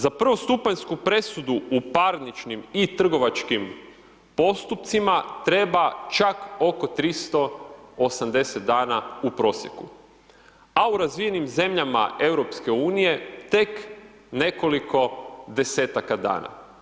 Za prvostupanjsku presudu u parničnim i trgovačkim postupcima treba čak oko 380 dana u prosjeku, a u razvijenim zemljama EU tek nekoliko desetaka dana.